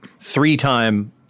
three-time